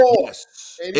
Yes